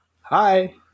hi